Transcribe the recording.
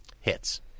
hits